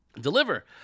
deliver